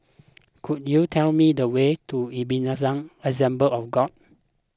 could you tell me the way to Ebenezer Assembly of God